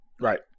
Right